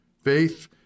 Faith